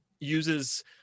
uses